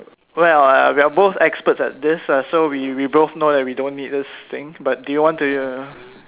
well ah we are both experts at this so we we both know we don't need this thing but do you want to uh